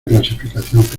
clasificación